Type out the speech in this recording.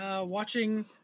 watching